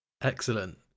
Excellent